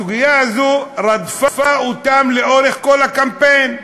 הסוגיה הזאת רדפה אותם לאורך כל הקמפיין.